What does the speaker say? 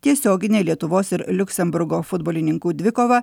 tiesioginė lietuvos ir liuksemburgo futbolininkų dvikova